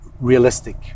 realistic